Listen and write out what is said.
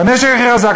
והנשק הכי חזק,